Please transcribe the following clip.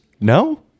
No